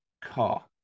car